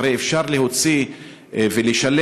שהרי אפשר להוציא ולשלם